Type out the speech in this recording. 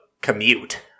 commute